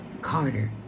Carter